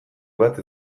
bat